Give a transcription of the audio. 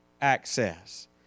access